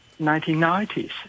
1990s